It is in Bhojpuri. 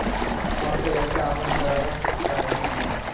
अब के लइका आपन करवा तारे सन